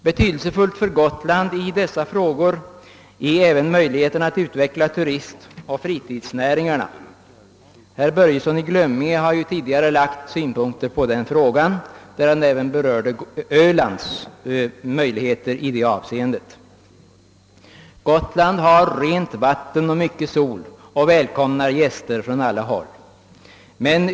Betydelsefullt för Gotland i dessa hänseenden är även möjligheten att utveckla turismen och fritidsnäringarna. Herr Börjesson i Glömminge har tidigare anlagt synpunkter på den frågan varvid han även berörde Ölands möjligheter i detta avseendet. Gotland har rent vatten och mycket sol och välkomnar gäster från alla håll.